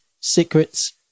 Secrets